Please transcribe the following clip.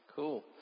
Cool